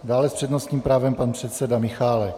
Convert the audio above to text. Dále s přednostním právem pan předseda Michálek.